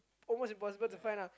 almost impossible to find lah